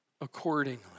accordingly